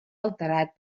alterat